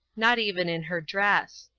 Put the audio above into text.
not even in her dress.